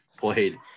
played